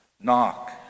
Knock